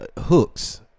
Hooks